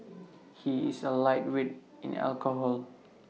he is A lightweight in alcohol